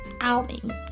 outing